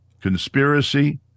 Conspiracy